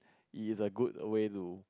is a good way to